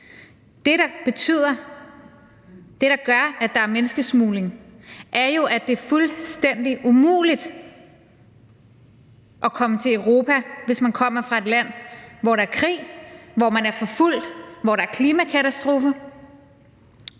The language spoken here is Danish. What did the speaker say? køber jeg ikke. Det, der gør, at der er menneskesmugling, er jo, at det er fuldstændig umuligt at komme til Europa, hvis man kommer fra et land, hvor der er krig, hvor man er forfulgt, hvor der er klimakatastrofe.